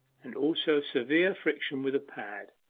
and also severe friction with a pad.